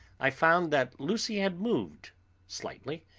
i found that lucy had moved slightly,